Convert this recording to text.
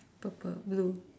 purple blue